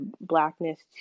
blackness